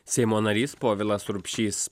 seimo narys povilas urbšys